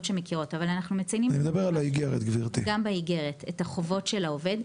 שמגיעות אנחנו מציינים גם באיגרת את החובות של העובד.